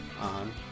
on